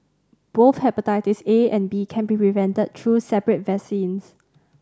both hepatitis A and B can be prevented through separate vaccines